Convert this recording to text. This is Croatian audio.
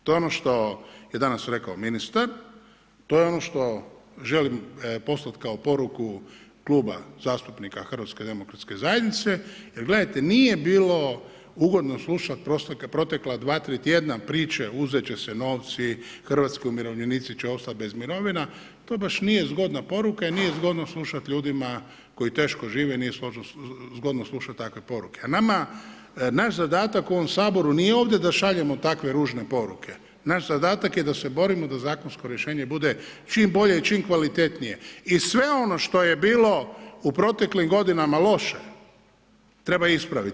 To je ono što je danas rekao ministar, to je ono što želimo poslati kao poruku Kluba zastupnika HDZ-a jer gledajte nije bilo ugodno slušat protekla dva, tri tjedna priče uzet će se novci, hrvatski umirovljenici će ostati bez mirovina, to baš nije zgodna poruka i nije zgodno slušati ljudima koji teško žive, nije zgodno slušati takve poruke a naš zadatak u ovom Saboru nije ovdje da šaljemo takve ružne poruke, naš zadatak je da se borimo da zakonsko rješenje bude čim bolje i čim kvalitetnije i sve ono što je bilo u proteklim godinama loše, treba ispraviti.